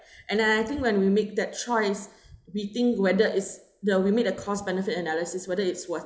and I think when we make that choice we think whether is the we made a cost benefit analysis whether it's worth